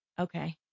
Okay